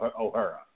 O'Hara